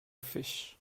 fish